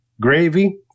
gravy